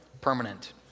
permanent